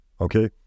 Okay